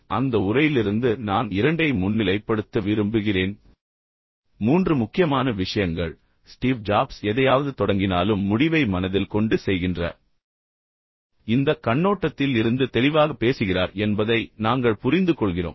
இப்போது அந்த உரையிலிருந்து நான் இரண்டை முன்னிலைப்படுத்த விரும்புகிறேன் மூன்று முக்கியமான விஷயங்கள் ஸ்டீவ் ஜாப்ஸ் எதையாவது தொடங்கினாலும் முடிவை மனதில் கொண்டு செய்கின்ற இந்த கண்ணோட்டத்தில் இருந்து தெளிவாக பேசுகிறார் என்பதை நாங்கள் புரிந்துகொள்கிறோம்